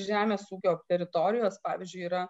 žemės ūkio teritorijos pavyzdžiui yra